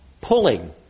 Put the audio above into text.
pulling